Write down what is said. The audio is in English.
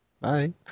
Bye